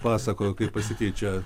pasakojo kaip pasikeičia